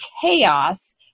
chaos